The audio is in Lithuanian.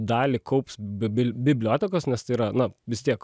dalį kaups bebil bibliotekos nes tai yra na vis tiek